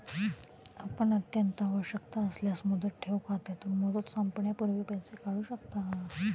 आपण अत्यंत आवश्यकता असल्यास मुदत ठेव खात्यातून, मुदत संपण्यापूर्वी पैसे काढू शकता